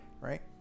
right